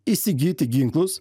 įsigyti ginklus